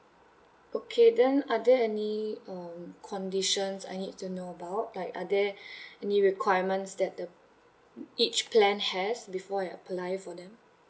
okay then are there any um conditions I need to know about like are there any requirements that the each plan has before I apply for them